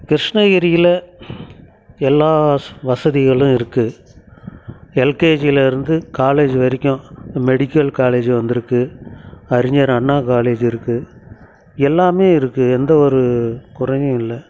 கிருஷ்ணகிரியில் எல்லா வசதிகளும் இருக்கு எல்கேஜியில இருந்து காலேஜ் வரைக்கும் மெடிக்கல் காலேஜ் வந்துருக்கு அறிஞர் அண்ணா காலேஜ் இருக்கு எல்லாமே இருக்கு எந்த ஒரு குறையும் இல்லை